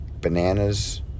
bananas